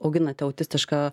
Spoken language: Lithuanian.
auginate autistišką